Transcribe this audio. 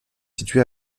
situé